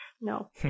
no